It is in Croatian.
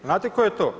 Znate tko je to?